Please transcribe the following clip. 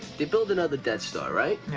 they build another death star, right?